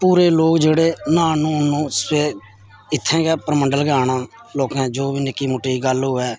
पूरे लोग जेह्ड़े न्हौन न्हून इत्थै गै परमंडल गै आना लोकें जो बी निक्की मुट्टी गल्ल होऐ